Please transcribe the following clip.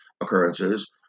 occurrences